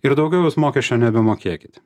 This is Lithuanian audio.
ir daugiau jūs mokesčio nebemokėkit